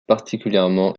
particulièrement